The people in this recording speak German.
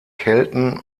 kelten